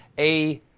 a